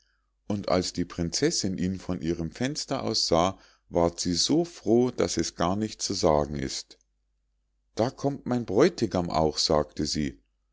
und als die prinzessinn ihn von ihrem fenster aus sah ward sie so froh daß es gar nicht zu sagen ist da kommt mein bräutigam auch sagte sie